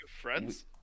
friends